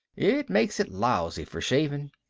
it makes it lousy for shaving.